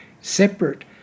separate